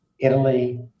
Italy